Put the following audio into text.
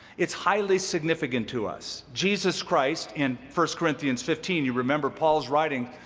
it's highly significant to us. jesus christ in first corinthians fifteen, you remember paul's writing,